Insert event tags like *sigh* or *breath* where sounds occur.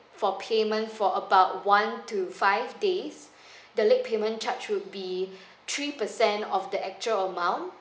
for payment for about one two five days *breath* the late payment charge would be *breath* three percent of the actual amount